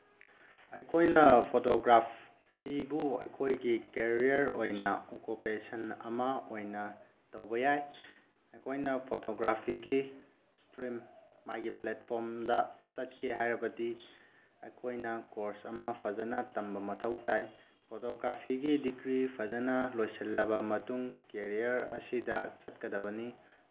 ꯑꯩꯈꯣꯏꯅ ꯐꯣꯇꯣꯒ꯭ꯔꯥꯐꯤꯕꯨ ꯑꯩꯈꯣꯏꯒꯤ ꯀꯦꯔꯤꯌꯔ ꯑꯣꯏꯅ ꯑꯣꯀꯨꯄꯦꯁꯟ ꯑꯃ ꯑꯣꯏꯅ ꯇꯧꯕ ꯌꯥꯏ ꯑꯩꯈꯣꯏꯅ ꯐꯣꯇꯣꯒ꯭ꯔꯥꯐꯤꯒꯤ ꯏꯁꯇ꯭ꯔꯤꯝ ꯃꯥꯒꯤ ꯄ꯭ꯂꯦꯠꯐꯣꯝꯗ ꯆꯠꯀꯦ ꯍꯥꯏꯔꯕꯗꯤ ꯑꯩꯈꯣꯏꯅ ꯀꯣꯔꯁ ꯑꯃ ꯐꯖꯅ ꯇꯝꯕ ꯃꯊꯧ ꯇꯥꯏ ꯐꯣꯇꯣꯒ꯭ꯔꯥꯐꯤꯒꯤ ꯗꯤꯒ꯭ꯔꯤ ꯐꯖꯅ ꯂꯣꯏꯁꯤꯜꯂꯕ ꯃꯇꯨꯡ ꯀꯦꯔꯤꯌꯔ ꯑꯁꯤꯗ ꯆꯠꯀꯗꯅꯤ